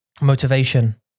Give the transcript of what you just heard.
motivation